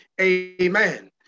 amen